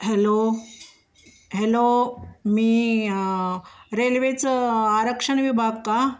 hello hello मी रेल्वेचं आरक्षण विभाग का